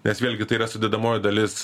nes vėlgi tai yra sudedamoji dalis